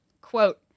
Quote